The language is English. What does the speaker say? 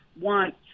want